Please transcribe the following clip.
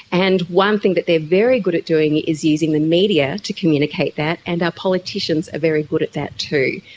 and one thing that they are very good at doing is using the media to communicate that, and our politicians are very good at that too.